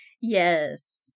yes